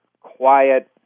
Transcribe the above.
quiet